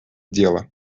дело